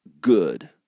good